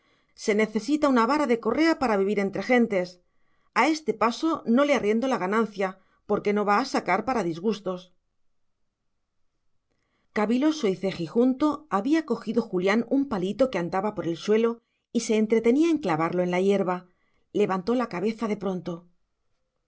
se necesita una vara de correa para vivir entre gentes a este paso no le arriendo la ganancia porque no va a sacar para disgustos caviloso y cejijunto había cogido julián un palito que andaba por el suelo y se entretenía en clavarlo en la hierba levantó la cabeza de pronto